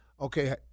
Okay